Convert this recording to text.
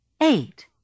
Eight